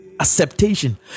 Acceptation